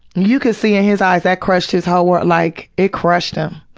you could see in his eyes, that crushed his whole world, like, it crushed him.